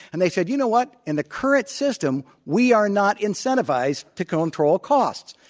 and they said, you know what? in the current system, we are not incentivized to control costs.